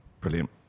Brilliant